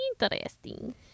interesting